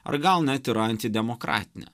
ar gal net ir antidemokratinė